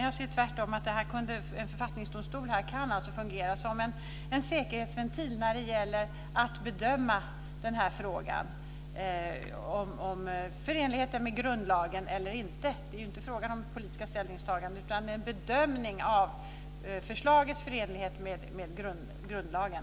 Jag ser tvärtom att en författningsdomstol här kan fungera som en säkerhetsventil när det gäller att bedöma frågan om förenligheten med grundlagen. Det är ju inte fråga om ett politiskt ställningstagande utan om en bedömning av förslagets förenlighet med grundlagen.